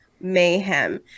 Mayhem